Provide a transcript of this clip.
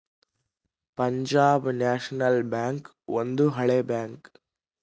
Punjab national bank ಒಂದು ಹಳೆ bank